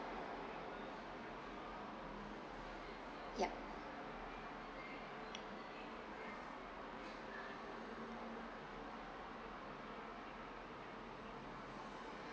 yup